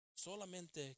solamente